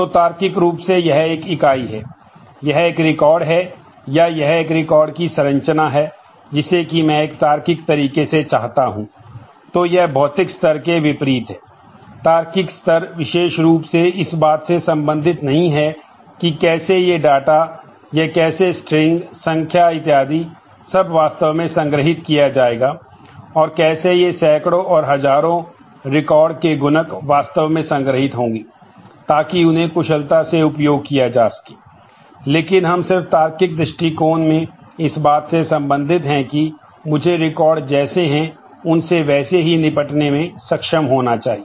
तो तार्किक रूप से यह एक इकाई है यह एक रिकॉर्ड जैसे हैं उनसे वैसे ही निपटने में सक्षम होना चाहिए